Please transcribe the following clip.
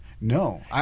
no